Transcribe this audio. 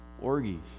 orgies